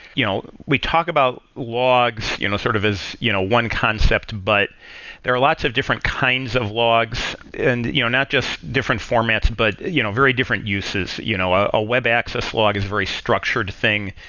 you know we talk about logs you know sort of as you know one concept, but there are lots of different kinds of logs, and you know not just different formats, but you know very different uses. you know ah a web access log is very structured thing.